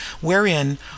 wherein